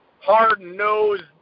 hard-nosed